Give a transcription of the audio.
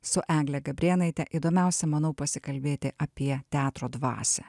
su egle gabrėnaite įdomiausia manau pasikalbėti apie teatro dvasią